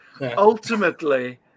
Ultimately